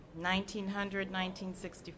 1900-1964